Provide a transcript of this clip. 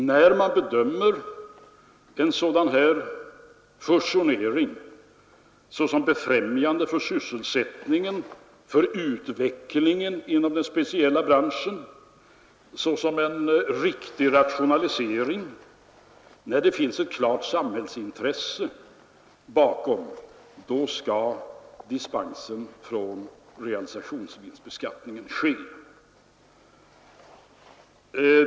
När man bedömer en fusionering såsom befrämjande för sysselsättningen, såsom befrämjande för utvecklingen inom den speciella branschen, såsom en riktig rationalisering, när det finns ett klart samhällsintresse bakom, då skall dispens ges från realisationsvinstbeskattningen.